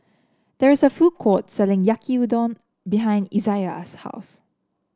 there is a food court selling Yaki Udon behind Izaiah's house